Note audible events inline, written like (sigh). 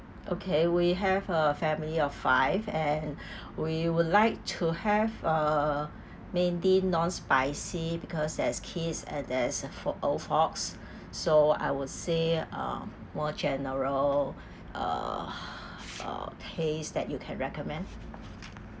okay we have a family of five and (breath) we would like to have uh mainly non spicy because there's kids and there's a old folks (breath) so I would say a more general uh (breath) uh taste that you can recommend